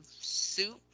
soup